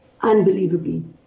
unbelievably